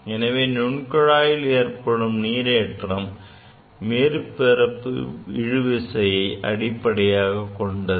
எனவே நுண் குழாயில் ஏற்படும் நீர் ஏற்றம் மேற்பரப்பு இழுவிசையை அடிப்படையாகக் கொண்டது